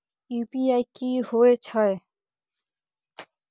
UPI की होय छै?